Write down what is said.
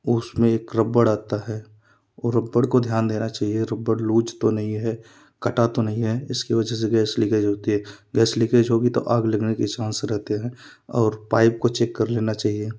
उसमें एक रब्बर आता है वो रब्बर को ध्यान देना चाहिए रब्बर लूज तो नहीं है कटा तो नहीं हैं इसके वजह से गैस लीकेज होती है गैस लीकेज होगी तो आग लगनी की चान्स रहते हैं और पाइप को चेक कर लेना चाहिए